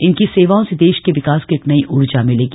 इनकी सेवाओं से देश के विकास को एक नई ऊर्जा मिलेगी